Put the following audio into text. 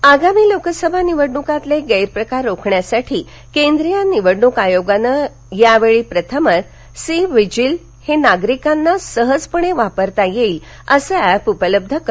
C vigil आगामी लोकसभा निवडणुकीतील गैरप्रकार रोखण्यासाठी केंद्रीय निवडणुक आयोगानं यावेळी प्रथमच सी व्हिझील हे नागरिकांना सहजपणे वापरता येईल असं अॅप उपलब्ध करून दिलं आहे